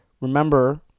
remember